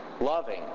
loving